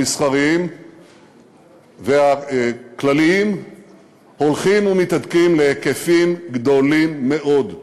המסחריים והכלליים הולכים ומתהדקים להיקפים גדולים מאוד,